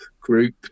group